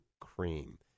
cream